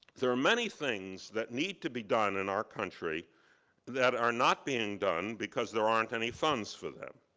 there are many things that need to be done in our country that are not being done because there aren't any funds for them.